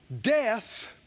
death